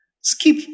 Skip